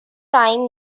prime